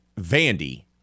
Vandy